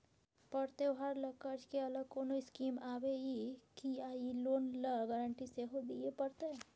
पर्व त्योहार ल कर्ज के अलग कोनो स्कीम आबै इ की आ इ लोन ल गारंटी सेहो दिए परतै?